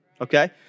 okay